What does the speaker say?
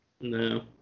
No